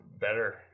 better